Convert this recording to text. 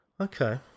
Okay